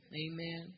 amen